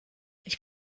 ich